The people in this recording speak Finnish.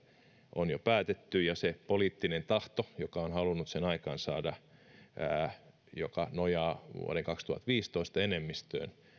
on jo päätetty ja se poliittinen tahto joka on halunnut sen aikaansaada ja joka nojaa vuoden kaksituhattaviisitoista enemmistöön